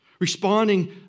Responding